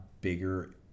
bigger